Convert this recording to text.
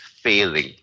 failing